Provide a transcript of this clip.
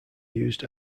used